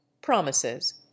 Promises